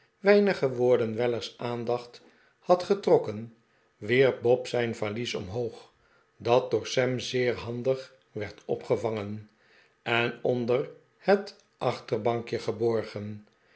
woorden weller's aandacht had getrokken wierp bob zijn valies omhoog dat door sam zeer handig werd opgevangen en onder het achterbankje geborgen